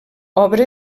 obra